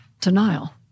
Denial